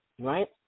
right